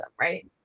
Right